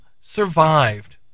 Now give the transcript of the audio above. survived